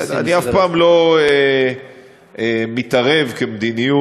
זאת לא הפעם הראשונה שחייל חרדי מותקף,